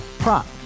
Prop